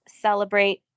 celebrate